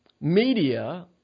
media